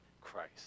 Christ